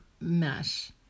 mesh